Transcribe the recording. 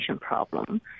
problem